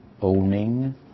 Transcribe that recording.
owning